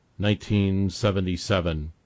1977